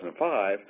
2005